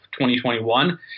2021